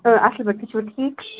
اۭں اَصٕل پٲٹھۍ تُہۍ چھِوٕ ٹھیٖک